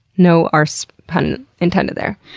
no arse pun intended there.